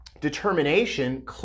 determination